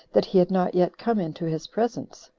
that he had not yet come into his presence,